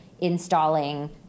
installing